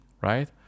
right